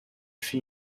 fit